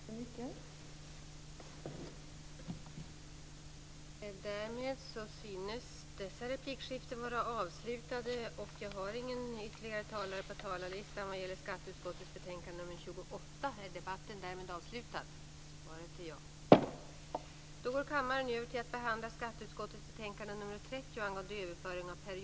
Tack så mycket!